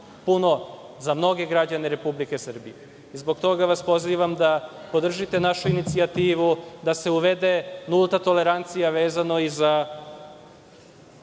puno za mnoge građane Republike Srbije. Zbog toga vas pozivam da podržite našu inicijativu da se uvede nulta tolerancija vezano i za